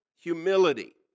Humility